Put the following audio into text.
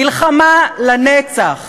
מלחמה לנצח.